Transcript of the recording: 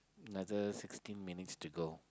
another sixteen minutes to go